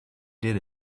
did